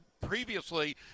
previously